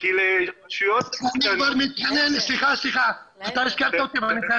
כי רשויות קטנות --- סליחה, אני חייב להגיב.